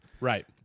right